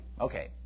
okay